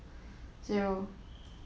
zero